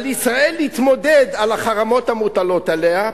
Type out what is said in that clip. על ישראל להתמודד על החרמות המוטלים עליה,